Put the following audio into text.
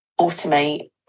automate